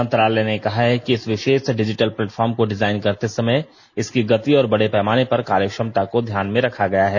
मंत्रालय ने कहा कि इस विशेष डिजिटल प्लेटफॉर्म को डिजाइन करते समय इसकी गति और बड़े पैमाने पर कार्यक्षमता को ध्यान में रखा गया है